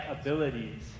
abilities